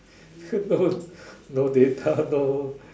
no no data no